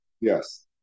Yes